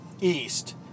east